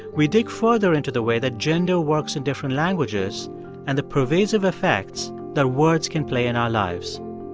we dig further into the way that gender works in different languages and the pervasive effects that words can play in our lives.